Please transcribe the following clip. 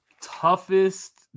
toughest